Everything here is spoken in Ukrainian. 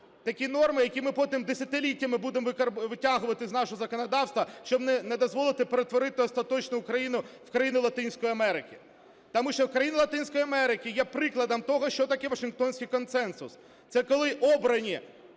такі норми, які ми потім десятиліттями будемо витягувати з нашого законодавства, щоб не дозволити перетворити остаточно Україну в країну Латинської Америки. Тому що країни Латинської Америки є прикладом того, що таке "Вашингтонський консенсус". Це коли обрані